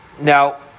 Now